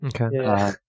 Okay